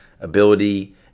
ability